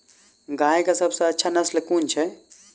गाय केँ सबसँ अच्छा नस्ल केँ छैय?